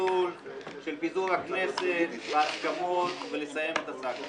למסלול של פיזור הכנסת בהסכמות ולסיים את הסאגה הזאת.